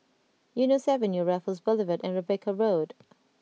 Eunos Avenue Raffles Boulevard and Rebecca Road